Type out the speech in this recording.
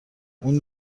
اون